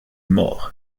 mort